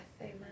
Amen